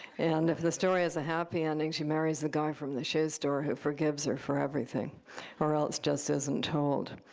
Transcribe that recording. and if the story has a happy ending, she marries the guy from the shoe store, who forgives her for everything or else just isn't told.